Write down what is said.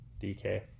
DK